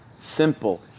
simple